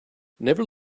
never